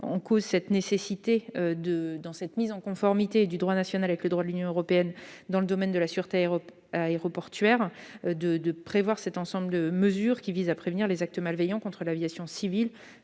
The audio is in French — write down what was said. est pas moins nécessaire de mettre en conformité le droit national avec le droit de l'Union européenne dans le domaine de la sûreté aéroportuaire. Cet ensemble de mesures vise à prévenir les actes malveillants contre l'aviation civile.